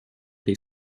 tej